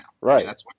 Right